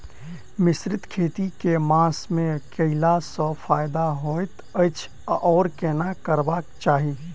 मिश्रित खेती केँ मास मे कैला सँ फायदा हएत अछि आओर केना करबाक चाहि?